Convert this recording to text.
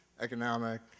economic